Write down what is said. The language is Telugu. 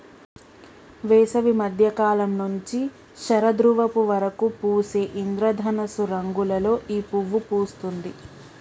వేసవి మద్య కాలం నుంచి శరదృతువు వరకు పూసే ఇంద్రధనస్సు రంగులలో ఈ పువ్వు పూస్తుంది